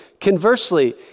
Conversely